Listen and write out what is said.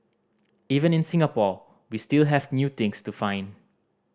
even in Singapore we still have new things to find